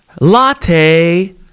latte